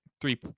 Three